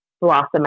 blossom